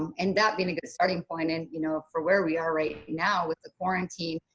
um and that being ah the starting point, and you know, for where we are right now with the quarantine,